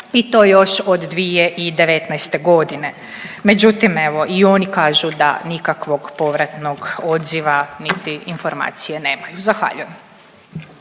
i to još od 2019.g., međutim evo i oni kažu da nikakvog povratnog odziva niti informacije nemaju. Zahvaljujem.